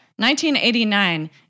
1989